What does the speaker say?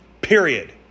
Period